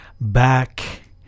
back